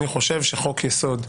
אני חושב שחוק-יסוד: